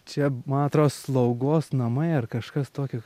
čia man atrodo slaugos namai ar kažkas tokio